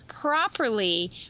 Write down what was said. properly